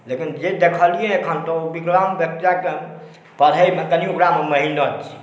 लेकिन जे देखलिए एखन तक ओ विकलाङ्ग बच्चाके पढ़ैमे कनि ओकरापर मेहनति छै